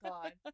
God